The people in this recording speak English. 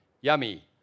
yummy